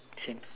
same